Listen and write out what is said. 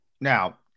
Now